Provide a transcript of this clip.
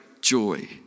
joy